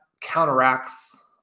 counteracts